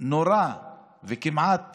נורה וכמעט